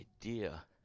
idea